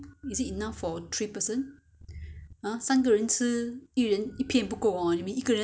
!huh! 三个人吃一人一片不够啊你们一个人要吃几片 一个人要吃